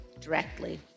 directly